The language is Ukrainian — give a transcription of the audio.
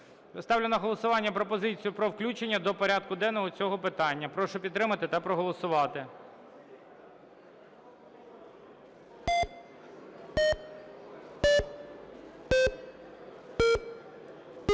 Ставлю на голосування пропозицію про включення до порядку денного цього питання. Прошу підтримати та проголосувати.